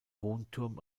wohnturm